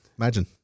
Imagine